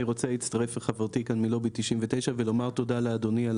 אני רוצה להצטרף לחברתי כאן מלובי 99 ולומר תודה לאדוני על